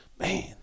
Man